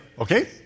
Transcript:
okay